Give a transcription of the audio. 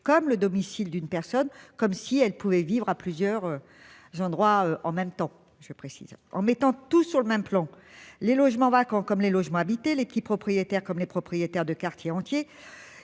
comme le domicile d'une personne comme si elle pouvait vivre à plusieurs. Jean droit en même temps je précise en mettant tout sur le même plan les logements vacants comme les logements habités. Les petits propriétaires, comme les propriétaires de quartiers entiers